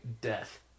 death